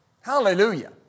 Hallelujah